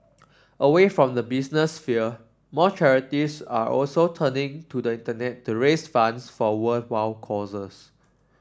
away from the business sphere more charities are also turning to the Internet to raise funds for worthwhile causes